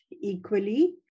equally